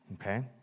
Okay